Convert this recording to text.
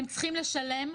הם צריכים לשלם.